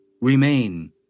Remain